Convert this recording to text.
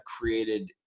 created